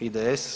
IDS.